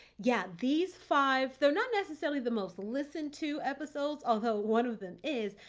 yeah, these five, they're not necessarily the most listened to episodes, although one of them is.